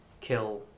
kill